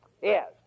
Yes